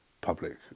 public